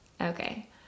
Okay